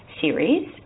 series